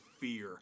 fear